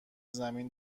زمین